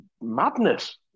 madness